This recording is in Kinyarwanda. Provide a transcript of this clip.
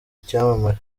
icyamamare